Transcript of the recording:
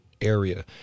area